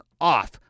off